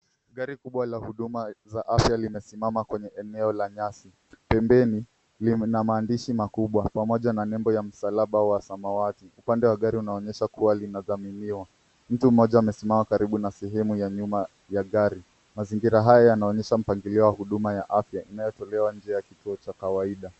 Gari kubwa la huduma za afya limesimama kwenye eneo la nyasi. Pembeni lina mandishi makubwa pamoja na nembo ya msalaba wa samawati. Upande wa gari unaonyesha kuwa linadhamaniwa. Mtu mmoja amesimama karibu na sehemu ya nyuma ya gari. Mazingira haya yanaonyesha mpangilio wa huduma ya afya inayotolewa nje ya kituo cha kawaida.